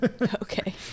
Okay